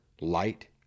light